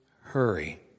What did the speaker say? hurry